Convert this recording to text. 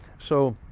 so,